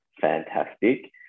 fantastic